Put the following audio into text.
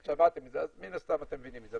אז מן הסתם אתם מבינים את זה.